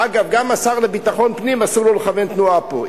אגב, גם השר לביטחון פנים אסור לו לכוון תנועה פה.